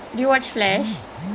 mean